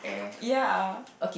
ya